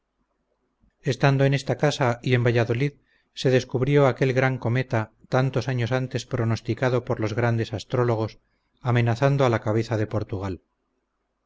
estando en esta casa y en valladolid se descubrió aquel gran cometa tantos años antes pronosticado por los grandes astrólogos amenazando a la cabeza de portugal